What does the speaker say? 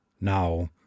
Now